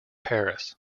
paris